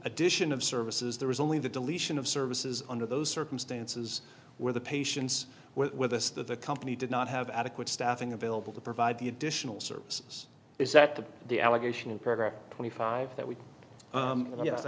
addition of services there was only the deletion of services under those circumstances where the patients were with us that the company did not have adequate staffing available to provide the additional services is that the the allegation in paragraph twenty five that we